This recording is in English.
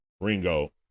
Ringo